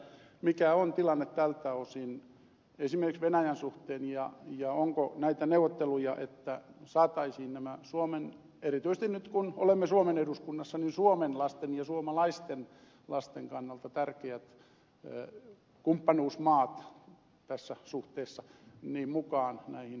mikä on tilanne tältä osin esimerkiksi venäjän suhteen ja onko näitä neuvotteluja että saataisiin erityisesti nyt kun olemme suomen eduskunnassa nämä suomen lasten ja suomalaisten lasten kannalta tärkeät kumppanuusmaat tässä suhteessa mukaan näihin sopimuksiin